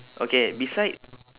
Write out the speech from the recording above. okay beside